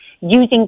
using